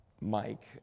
Mike